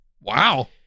Wow